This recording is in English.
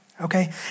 okay